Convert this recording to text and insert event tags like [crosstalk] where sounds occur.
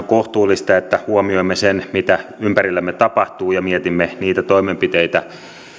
[unintelligible] kohtuullista että huomioimme sen mitä ympärillämme tapahtuu ja mietimme niitä toimenpiteitä